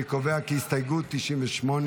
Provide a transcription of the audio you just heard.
אני קובע כי הסתייגות 988